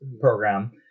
program